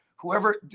whoever